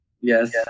yes